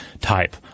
type